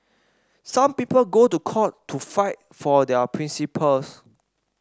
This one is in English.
some people go to court to fight for their principles